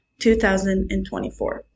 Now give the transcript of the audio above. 2024